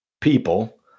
people